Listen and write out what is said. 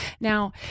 Now